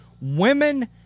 Women